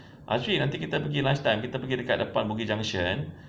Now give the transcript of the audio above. azri nanti kita pergi lunch time kita pergi dekat depan bugis junction